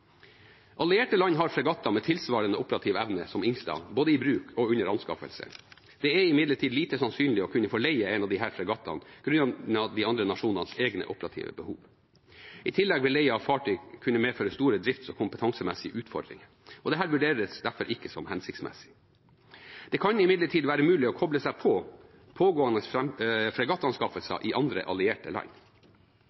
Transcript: Allierte land har fregatter med tilsvarende operativ evne som «Helge Ingstad» både i bruk og under anskaffelse. Det er imidlertid lite sannsynlig å kunne få leie en av disse fregattene grunnet de andre nasjonenes egne operative behov. I tillegg vil leie av fartøy kunne medføre store drifts- og kompetansemessige utfordringer, og dette vurderes derfor ikke som hensiktsmessig. Det kan imidlertid være mulig å koble seg på pågående fregattanskaffelser